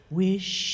wish